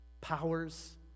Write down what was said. powers